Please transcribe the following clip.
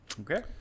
Okay